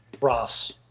Ross